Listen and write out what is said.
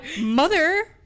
mother